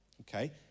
Okay